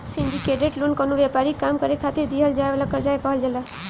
syndicated loan कवनो व्यापारिक काम करे खातिर दीहल जाए वाला कर्जा के कहल जाला